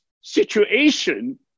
situation